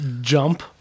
jump